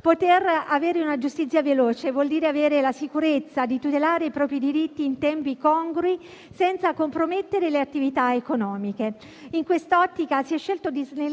Poter avere una giustizia veloce vuol dire avere la sicurezza di tutelare i propri diritti in tempi congrui, senza compromettere le attività economiche. In quest'ottica si è scelto di snellire